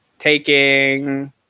taking